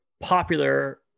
popular